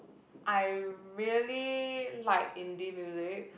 I really like indie music